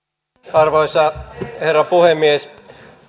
arvoisa herra puhemies